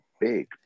big